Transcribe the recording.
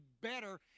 better